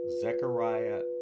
Zechariah